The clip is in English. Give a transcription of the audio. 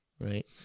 right